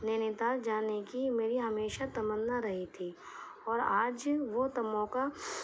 نینی تال جانے کی میری ہمیشہ تمنا رہی تھی اور آج وہ تو موقع